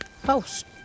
Post